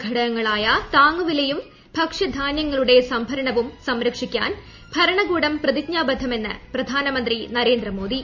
ഘടകങ്ങളായ താങ്ങു വിലയും ഭക്ഷ്യ ധാന്യങ്ങളുടെ സംഭരണവും സംരക്ഷിക്കാൻ ഭരണകൂടം പ്രതിജ്ഞാബദ്ധമെന്ന് പ്രധാനമന്ത്രി നരേന്ദ്രമോദി